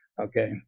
Okay